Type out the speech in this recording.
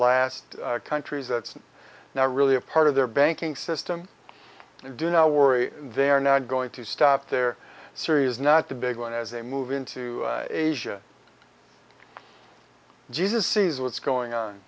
last countries that's not really a part of their banking system do not worry they're not going to stop their series not the big one as they move into asia jesus sees what's going on